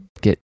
get